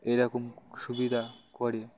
এরকম সুবিধা করে